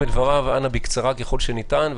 בקצרה ככל שניתן,